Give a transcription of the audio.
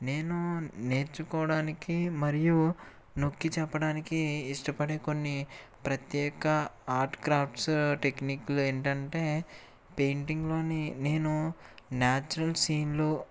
నేను నేర్చుకోవడానికి మరియు నొక్కి చెప్పడానికి ఇష్టపడే కొన్ని ప్రత్యేక ఆర్ట్ క్రాఫ్ట్స్ టెక్నిక్లు ఏంటంటే పెయింటింగ్లో నేను న్యాచురల్ సీన్లు